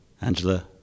Angela